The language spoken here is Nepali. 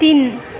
तिन